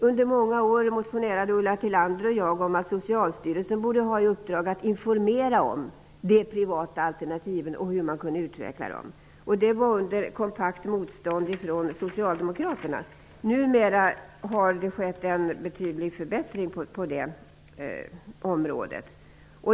Under många år motionerade Ulla Tillander och jag om att Socialstyrelsen borde få i uppdrag att informera om hur man kunde utveckla de privata alternativen. Detta förslag mötte ett kompakt motstånd från Socialdemokraterna. Numera har det skett en betydlig förbättring på detta område.